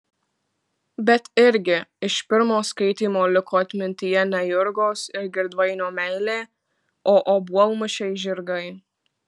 bet irgi iš pirmo skaitymo liko atmintyje ne jurgos ir girdvainio meilė o obuolmušiai žirgai